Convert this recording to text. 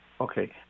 okay